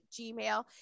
gmail